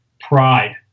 pride